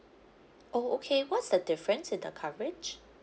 oh okay what's the difference in the coverage